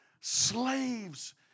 slaves